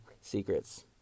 Secrets